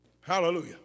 Hallelujah